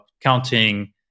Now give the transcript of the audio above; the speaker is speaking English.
counting